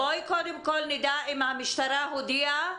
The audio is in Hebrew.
בואי קודם כל נדע אם המשטרה הודיעה.